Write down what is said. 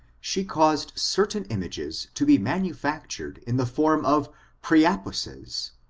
she caused certain images to be manufactured in the form of priapuses,